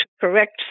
correct